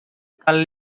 cal